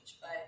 but-